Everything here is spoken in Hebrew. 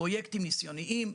פרויקטים ניסיוניים,